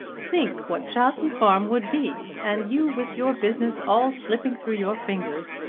think what chowton farm would be, and you with your business all slipping through your fingers.